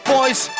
Boys